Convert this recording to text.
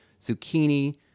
zucchini